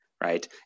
Right